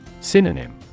Synonym